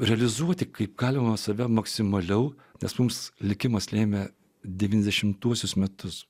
realizuoti kaip galima save maksimaliau nes mums likimas lėmė devyniasdešimtuosius metus